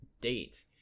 date